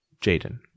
Jaden